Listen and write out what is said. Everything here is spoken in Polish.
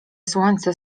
słońce